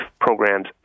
programs